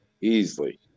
easily